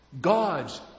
God's